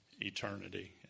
eternity